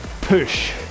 push